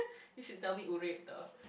you should tell me urip tau